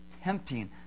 tempting